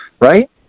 right